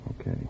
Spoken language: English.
Okay